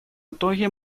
итоге